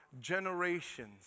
generations